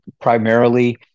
primarily